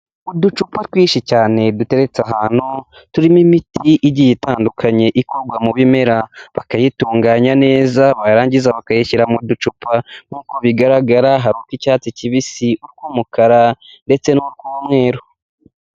Uducupa twinshi cyane duteretse ahantu, turimo imiti igiye itandukanye ikorwa mu bimera, bakayitunganya neza barangiza bakayishyira mu ducupa nk'uko bigaragara hari utw'icyatsi kibisi, utw'umukara ndetse n'umweru.